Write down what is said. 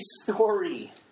story